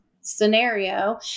scenario